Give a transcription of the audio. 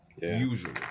Usually